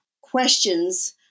questions